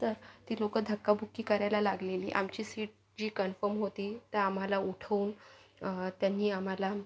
तर ती लोकं धक्काबुक्की करायला लागलेली आमची सीट जी कन्फर्म होती तर आम्हाला उठवून त्यांनी आम्हाला